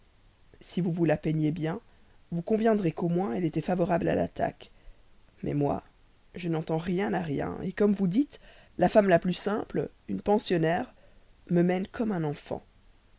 si vous vous la peignez bien vous conviendrez qu'en revanche elle était favorable à l'attaque mais moi je n'entends rien à rien et comme vous dites la femme la plus simple une pensionnaire me mène comme un enfant